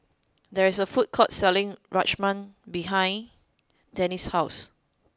there is a food court selling Rajma behind Dean's house